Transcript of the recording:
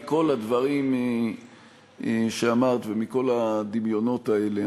מכל הדברים שאמרת ומכל הדמיונות האלה,